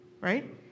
right